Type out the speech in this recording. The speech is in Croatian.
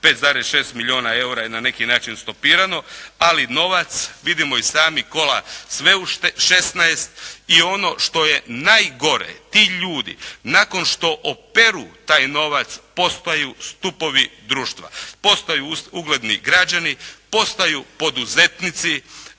5,6 milijuna eura je na neki način stopirano, ali novac vidimo i sami kola sve u šesnaest. I ono što je najgore, ti ljudi nakon što operu taj novac postaju stupovi društva, postaju ugledni građani, postaju poduzetnici